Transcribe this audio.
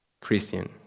Christian